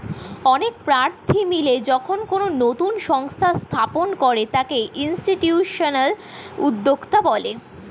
অনেক প্রার্থী মিলে যখন কোনো নতুন সংস্থা স্থাপন করে তাকে ইনস্টিটিউশনাল উদ্যোক্তা বলে